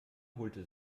holte